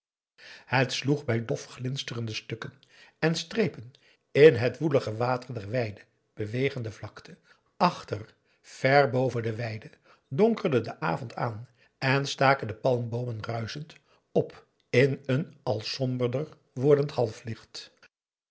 het sloeg bij dofglinsterende stukken en strepen in het woelige water der wijde bewegende vlakte achter ver boven de weiden donkerde de avond aan en staken de palmboomen ruischend op in een al somberder wordend halflicht